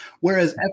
whereas